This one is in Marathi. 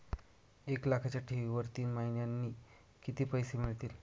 एक लाखाच्या ठेवीवर तीन महिन्यांनी किती पैसे मिळतील?